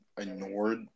ignored